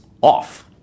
off